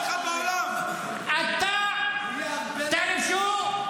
בעלי הבית --- (אומר דברים בשפה הערבית,